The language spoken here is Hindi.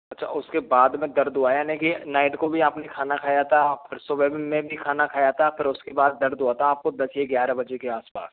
अच्छा उसके बाद में दर्द हुआ है यानि कि नाईट को भी आपने खाना खाया था और सुबह में भी खाना खाया था फिर उसके बाद दर्द हुवा था आपको दस या ग्यारह बजे के आसपास